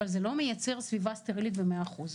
אבל זה לא מייצר סביבה סטרילית במאה אחוז.